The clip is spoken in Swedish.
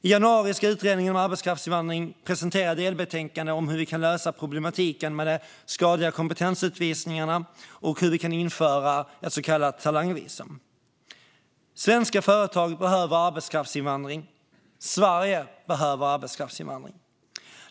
I januari ska Utredningen om arbetskraftsinvandring presentera ett delbetänkande om hur vi kan lösa problematiken med de skadliga kompetensutvisningarna och hur vi kan införa ett så kallat talangvisum. Svenska företag behöver arbetskraftsinvandring, Sverige behöver arbetskraftsinvandring.